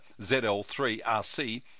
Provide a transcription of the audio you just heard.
ZL3RC